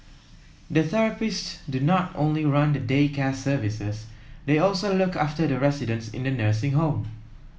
the therapist do not only run the day care services they also look after the residents in the nursing home